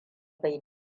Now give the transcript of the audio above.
bai